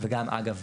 וגם אגב,